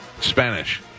Spanish